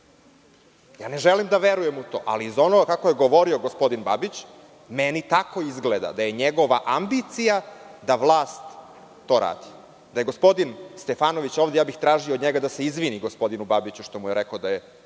želim da verujem u to, ali iz onoga kako je govorio gospodin Babić meni tako izgleda da je njegova ambicija da vlast to radi. Da je gospodin Stefanović ovde tražio bih od njega da se izvini gospodinu Babiću što mu je rekao da je